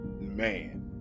Man